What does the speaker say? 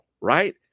right